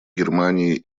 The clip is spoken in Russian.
германии